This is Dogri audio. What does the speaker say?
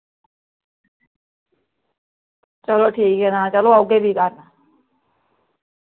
चलो ठीक ऐ तां चलो औगे फ्ही घर